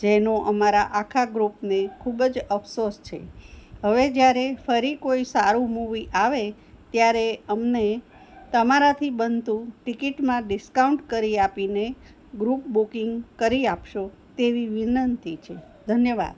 જેનો અમારા આખા ગ્રુપને ખૂબ જ અફસોસ છે હવે જ્યારે ફરી કોઈ સારું મુવી આવે ત્યારે અમને તમારાથી બનતું ટિકિટમાં ડિસ્કાઉન્ટ કરી આપીને ગ્રુપ બુકિંગ કરી આપશો તેવી વિનંતી છે ધન્યવાદ